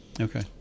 Okay